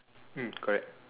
mm correct